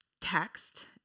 text